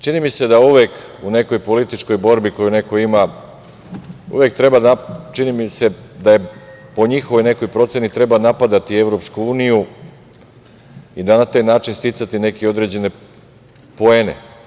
Čini mi se da uvek u nekoj političkoj borbi koju neko ima treba da, čini mi se po njihovoj nekoj proceni, se napadne EU i na taj način sticati neke određene poene.